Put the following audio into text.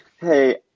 Hey